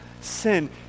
sin